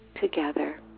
together